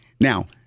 Now